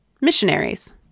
Missionaries